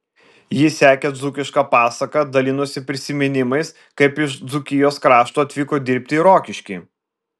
ji sekė dzūkišką pasaką dalinosi prisiminimais kaip iš dzūkijos krašto atvyko dirbti į rokiškį